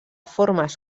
formes